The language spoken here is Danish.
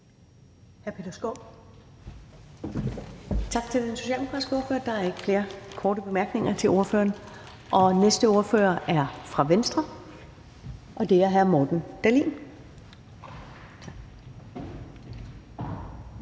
Tak til hr. Jeppe Bruus. Der er ikke flere korte bemærkninger til ordføreren. Den næste ordfører kommer fra Venstre, og det er hr. Morten Dahlin.